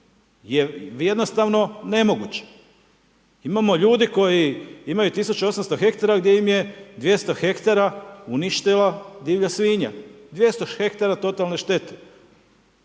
je jednostavno ne moguće. Imamo ljudi koji imaju 1800 ha gdje im je 200 ha uništila divlja svinja. 200 ha totalne štete.